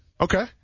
Okay